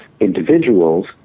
individuals